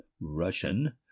russian